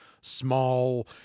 small